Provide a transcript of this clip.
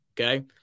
Okay